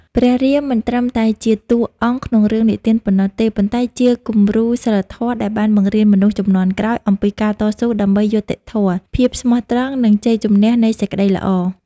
ព្រះរាមមិនត្រឹមតែជាតួអង្គក្នុងរឿងនិទានប៉ុណ្ណោះទេ ប៉ុន្តែជាគំរូសីលធម៌ដែលបានបង្រៀនមនុស្សជំនាន់ក្រោយអំពីការតស៊ូដើម្បីយុត្តិធម៌ ភាពស្មោះត្រង់ និងជ័យជម្នះនៃសេចក្ដីល្អ ។